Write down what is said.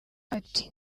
ati